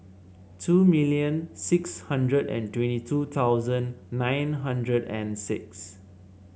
two million six hundred and twenty two thousand nine hundred and six